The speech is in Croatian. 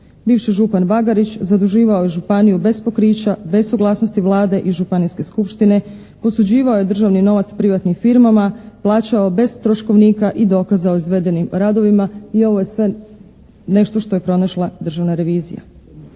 Bivši župan Bagarić zaduživao je županiju bez pokrića, bez suglasnosti Vlade i županijske skupštine, posuđivao je državni novac privatnim firmama, plaćao bez troškovnika i dokaza o izvedenim radovima i ovo je sve nešto što je pronašla Državna revizija.